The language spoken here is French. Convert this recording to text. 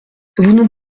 nous